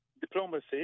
diplomacy